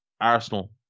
Arsenal